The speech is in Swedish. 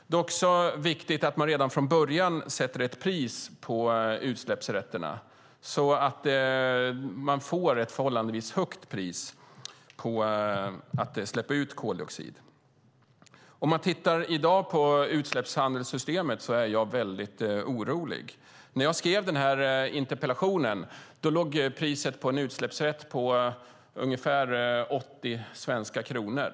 Det är också viktigt att man redan från början sätter ett pris på utsläppsrätterna så att man får ett förhållandevis högt pris på att släppa ut koldioxid. Jag är mycket orolig för det utsläppshandelssystem som finns i dag. När jag skrev den här interpellationen låg priset på en utsläppsrätt på ungefär 80 svenska kronor.